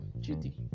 judy